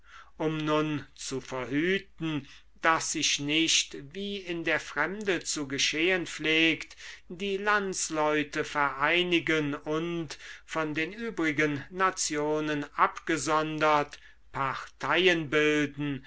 um nun zu verhüten daß sich nicht wie in der fremde zu geschehen pflegt die landsleute vereinigen und von den übrigen nationen abgesondert